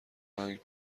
آهنگ